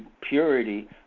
purity